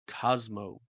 Cosmo